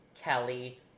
Kelly